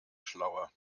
schlauer